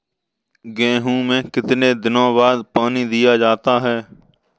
गेहूँ में कितने दिनों बाद पानी दिया जाता है?